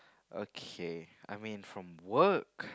okay I mean from work